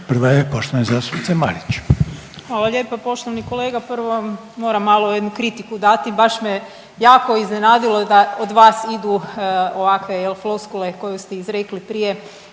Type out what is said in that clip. **Marić, Andreja (SDP)** Hvala lijepa poštovani kolega. Prvo vam moram malo jednu kritiku dati. Baš me jako iznenadilo da od vas idu ovakve jel' floskule koje ste izrekli prije